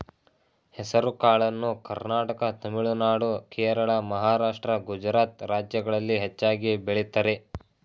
ಹೆಸರುಕಾಳನ್ನು ಕರ್ನಾಟಕ ತಮಿಳುನಾಡು, ಕೇರಳ, ಮಹಾರಾಷ್ಟ್ರ, ಗುಜರಾತ್ ರಾಜ್ಯಗಳಲ್ಲಿ ಹೆಚ್ಚಾಗಿ ಬೆಳಿತರೆ